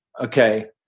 okay